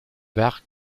werk